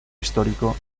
histórico